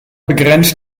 begrenzt